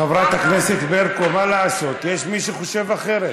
חברת הכנסת ברקו, מה לעשות, יש מי שחושב אחרת.